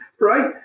right